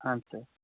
ಹಾಂ ಸರ್